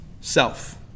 self